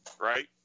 Right